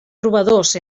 trobadors